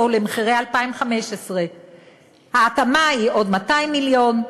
למחירי 2015. ההתאמה היא עוד 200 מיליון,